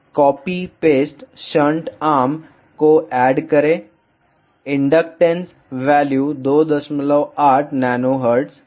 copy paste shunt arm को add करें inductance value 28 nH है